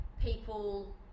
people